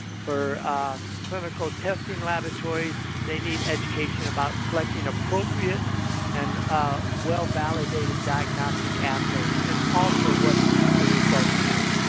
for clinical testing, laboratories-they need education about selecting appropriate and well-validated diagnostic assays, and also what the results mean.